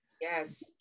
Yes